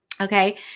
Okay